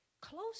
close